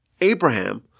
Abraham